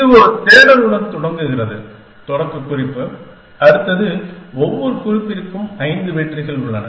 இது ஒரு தேடலுடன் தொடங்குகிறது தொடக்கக் குறிப்பு அடுத்தது ஒவ்வொரு குறிப்பிற்கும் ஐந்து வெற்றிகள் உள்ளன